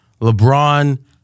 LeBron